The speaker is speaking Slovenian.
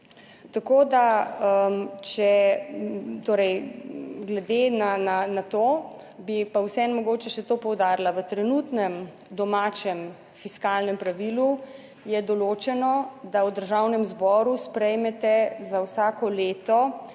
Tako da, če, torej glede na to bi pa vseeno mogoče še to poudarila, v trenutnem domačem fiskalnem pravilu je določeno, da v Državnem zboru sprejmete za vsako leto